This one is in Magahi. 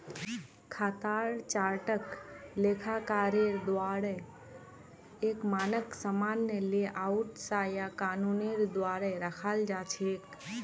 खातार चार्टक लेखाकारेर द्वाअरे एक मानक सामान्य लेआउट स या कानूनेर द्वारे रखाल जा छेक